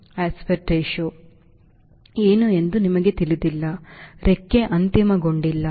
aspect ratio ಏನು ಎಂದು ನಿಮಗೆ ತಿಳಿದಿಲ್ಲ ರೆಕ್ಕೆ ಅಂತಿಮಗೊಂಡಿಲ್ಲ